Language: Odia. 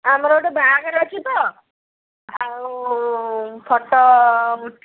ଆମର ଗୋଟେ ବାହାଘର ଅଛି ତ ଆଉ ଫଟୋ